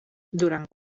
durant